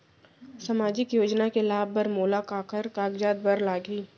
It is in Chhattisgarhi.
सामाजिक योजना के लाभ बर मोला काखर कागजात बर लागही?